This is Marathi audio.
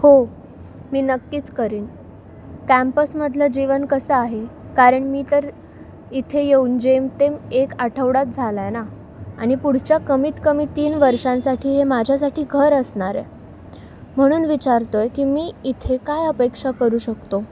हो मी नक्कीच करीन कॅम्पसमधलं जीवन कसं आहे कारण मी तर इथे येऊन जेमतेम एक आठवडाच झाला आहे ना आणि पुढच्या कमीतकमी तीन वर्षांसाठी हे माझ्यासाठी घर असणार आहे म्हणून विचारतो आहे की मी इथे काय अपेक्षा करू शकतो